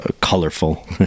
colorful